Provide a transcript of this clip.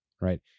right